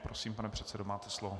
Prosím, pane předsedo, máte slovo.